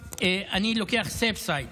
להמשך קריאה שנייה ושלישית,